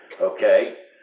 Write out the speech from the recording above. Okay